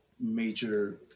major